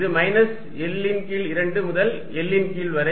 இது minus L ன் கீழ் 2 முதல் L ன் கீழ் 2 வரை